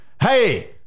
Hey